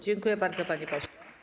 Dziękuję bardzo, panie pośle.